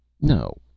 No